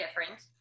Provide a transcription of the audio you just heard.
different